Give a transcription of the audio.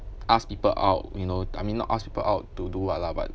ask people out you know I mean not ask people out to do what lah but